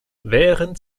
während